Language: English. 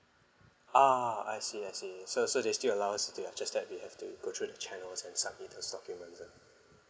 ah I see I see so so they still allow us to it's just that we have to go through the channels and submit those documents ah